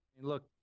Look